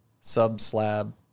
sub-slab